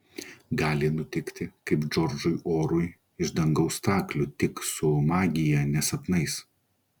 gali nutikti kaip džordžui orui iš dangaus staklių tik su magija ne sapnais